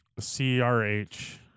CRH